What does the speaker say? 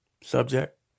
subject